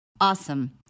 Awesome